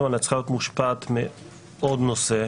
עליה צריכה להיות מושפעת מעוד נושא,